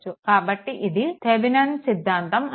కాబట్టి ఇది థెవెనిన్ సిద్ధాంతం అంటారు